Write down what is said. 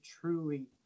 truly